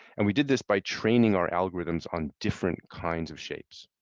and we did this by training our algorithms on different kinds of shapes.